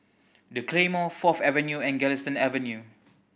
The Claymore Fourth Avenue and Galistan Avenue